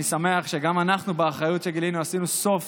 אני שמח שגם אנחנו, באחריות שגילינו, עשינו סוף